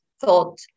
thought